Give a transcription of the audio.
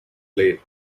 late